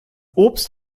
obst